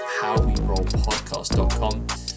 howwerollpodcast.com